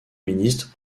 ministre